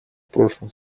прошлом